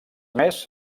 mes